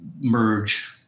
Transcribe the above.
merge